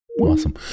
Awesome